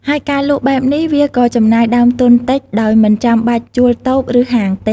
ហើយការលក់បែបនេះវាក៏ចំណាយដើមទុនតិច ដោយមិនចាំបាច់ជួលតូប ឬហាងទេ។